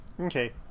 Okay